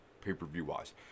pay-per-view-wise